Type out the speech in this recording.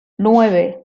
nueve